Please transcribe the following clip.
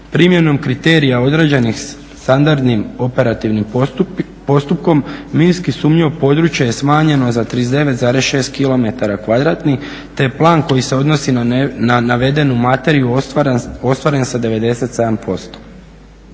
primjenom kriterija određenih standardnih operativnim postupkom minski sumnjivo područje je smanjeno za 39,6 km2 te je plan koji se odnosi na navedenu materiju ostvaren sa 97%.